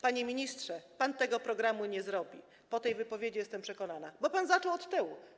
Panie ministrze, pan tego programu nie zrobi - po tej wypowiedzi jestem przekonana - bo pan zaczął od tyłu.